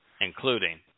including